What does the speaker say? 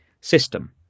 system